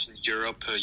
Europe